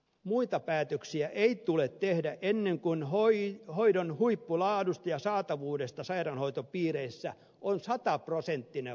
muita päätöksiä ei tule tehdä ennen kuin hoidon huippulaadusta ja saatavuudesta sairaanhoitopiireissä on sataprosenttinen varmuus